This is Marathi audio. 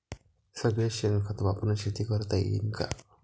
सगळं शेन खत वापरुन शेती करता येईन का?